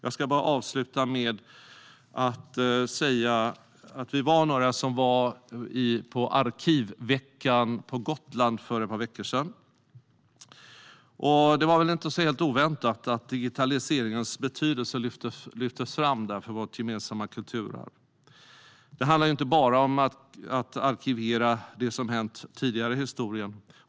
Jag ska avsluta mitt anförande med att säga att vi var några som besökte Arkivveckan på Gotland för ett par veckor sedan. Det var inte helt oväntat att digitaliseringens betydelse för vårt gemensamma kulturarv lyftes fram där. Det handlar inte bara om att arkivera det som hänt tidigare i historien.